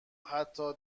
حتی